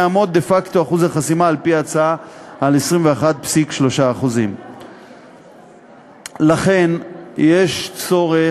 יעמוד דה-פקטו אחוז החסימה על-פי ההצעה על 21.3%. לכן יש צורך,